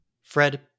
Fred